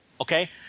Okay